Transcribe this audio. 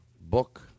Book